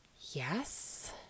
yes